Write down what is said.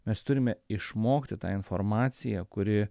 mes turime išmokti tą informaciją kuri